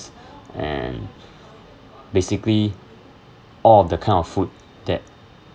and basically all of the kind of food that